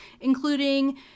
including